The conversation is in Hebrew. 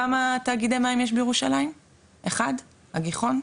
כמה תאגידי מים יש בירושלים אחד הגיחון,